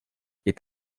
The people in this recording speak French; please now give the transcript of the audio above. est